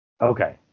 okay